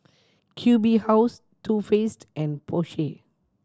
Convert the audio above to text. Q B House Too Faced and Porsche